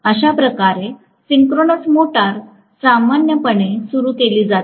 अशाप्रकारे synchronous motor सामान्यपणे सुरू केली जाते